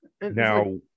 Now